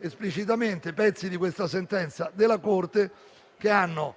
esplicitamente parti di questa sentenza della Corte, che hanno